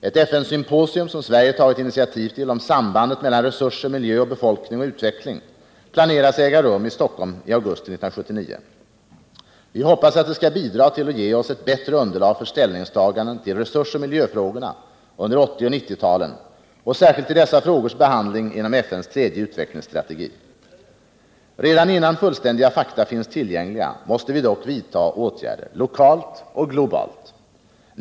Ett FN-symposium, som Sverige tagit initiativ till, om sambandet mellan resurser, miljö, befolkning och utveckling planeras äga rum i Stockholm i augusti 1979. Vi hoppas att det skall bidra till att ge oss ett bättre underlag för ställningstaganden till resursoch miljöfrågorna under 1980 och 1990-talen och särskilt till dessa frågors behandling inom FN:s tredje utvecklingsstrategi. Redan innan fullständiga fakta finns tillgängliga, måste vi dock vidta åtgärder, lokalt och globalt.